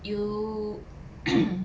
you